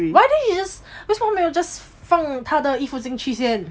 why don't you just 为什么他没有 just 放他的衣服进去先